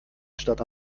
statt